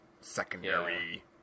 secondary